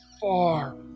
far